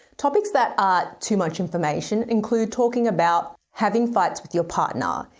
topics that are too much information include talking about having fights with your partner.